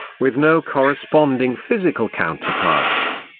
with no corresponding physical counterparts.